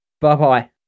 Bye-bye